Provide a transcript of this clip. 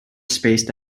spaced